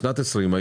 בשנת 2020,